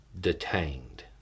detained